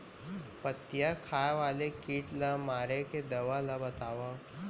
पत्तियां खाए वाले किट ला मारे के दवा ला बतावव?